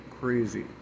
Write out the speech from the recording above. crazy